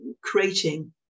creating